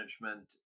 management